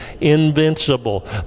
invincible